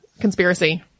conspiracy